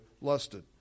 lusted